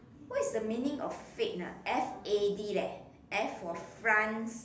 what's the meaning of fad ah f a d leh F for France